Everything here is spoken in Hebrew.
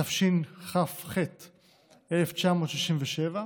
התשכ"ח 1967,